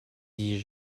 dis